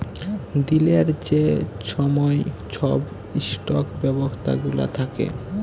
দিলের যে ছময় ছব ইস্টক ব্যবস্থা গুলা থ্যাকে